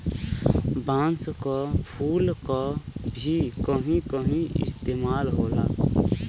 बांस क फुल क भी कहीं कहीं इस्तेमाल होला